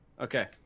Okay